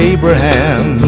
Abraham